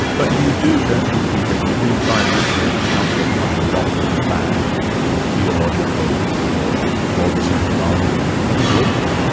but you do, don't you peter, you do find that you encounter quite a lot of bad theological or ah god-centred argument. i think they're all bad.